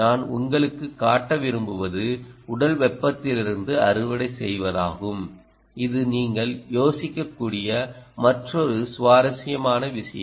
நான் உங்களுக்கு காட்ட விரும்புவது உடல் வெப்பத்திலிருந்து அறுவடை செய்வதாகும் இது நீங்கள் யோசிக்க கூடிய மற்றொரு சுவாரஸ்யமான விஷயம்